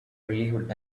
relieved